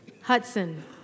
Hudson